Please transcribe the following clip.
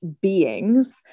beings